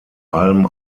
allem